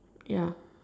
ya